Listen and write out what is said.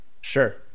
Sure